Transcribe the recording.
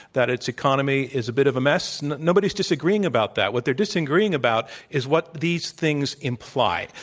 that its economy is a bit of a mess. nobody's disagreeing about that. what they're disagreeing about is what these things imply.